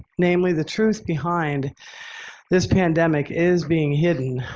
namely the truth behind this pandemic is being hidden,